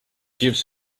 gives